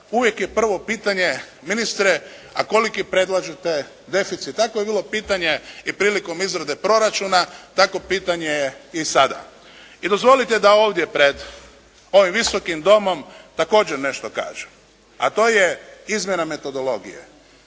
uvijek je prvo pitanje ministre a koliki predlažete deficit. Tako je bilo pitanje i prilikom izrade proračuna takvo pitanje je i sada. I dozvolite da ovdje pred ovim Visokim domom također nešto kažem. A to je izmjena metodologije.